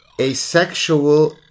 Asexual